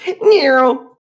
Nero